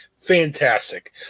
Fantastic